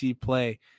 play